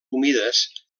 humides